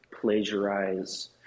plagiarize